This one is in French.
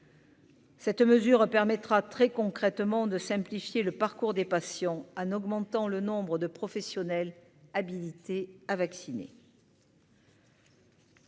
Cette mesure permettra très concrètement de simplifier le parcours des passions en augmentant le nombre de professionnels habilités à vacciner.